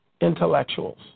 intellectuals